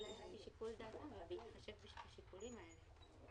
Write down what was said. אולי בהתחשב בשיקולים האלה.